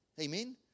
Amen